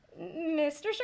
Mr